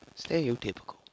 Stereotypical